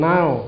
Now